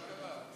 מה קרה?